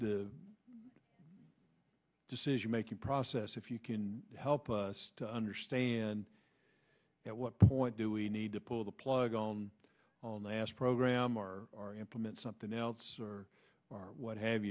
the decision making process if you can help us to understand at what point do we need to pull the plug on on the last program or implement something else or what have